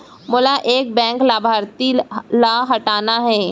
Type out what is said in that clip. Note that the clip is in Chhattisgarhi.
मोला एक बैंक लाभार्थी ल हटाना हे?